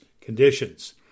conditions